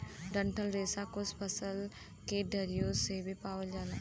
डंठल रेसा कुछ फलन के डरियो से भी पावल जाला